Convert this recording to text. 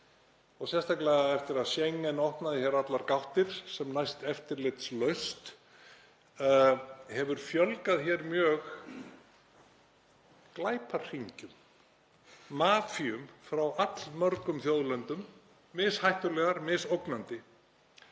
sérstaklega eftir að Schengen opnaði hér allar gáttir sem næst eftirlitslaust, hefur hér fjölgað mjög glæpahringjum; mafíum frá allmörgum þjóðlöndum, mishættulegar, misógnandi.